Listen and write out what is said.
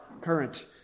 current